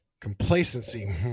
Complacency